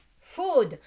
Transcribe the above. food